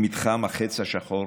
למתחם "החץ השחור",